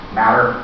matter